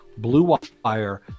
BlueWire